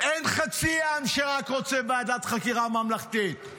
אין רק חצי עם שרוצה ועדת חקירה ממלכתית,